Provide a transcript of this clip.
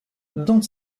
dans